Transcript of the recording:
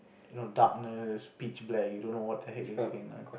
you know darkness pitch black you don't know what the heck is going on